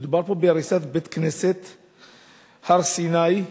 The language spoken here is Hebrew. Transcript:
מדובר בהריסת בית-הכנסת "הר-סיני"